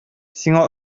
сиңа